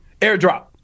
Airdrop